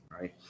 right